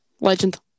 Legend